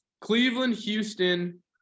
Cleveland-Houston